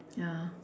ya